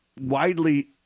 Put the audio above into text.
widely